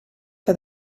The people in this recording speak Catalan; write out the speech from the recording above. que